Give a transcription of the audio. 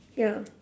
ya